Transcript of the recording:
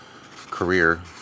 career